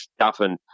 Duffin